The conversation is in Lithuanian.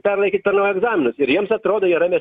perlaikyt per naujo egzaminus ir jiems atrodo yra